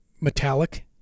metallic